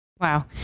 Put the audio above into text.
Wow